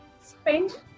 spend